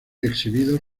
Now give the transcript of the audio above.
exhibidos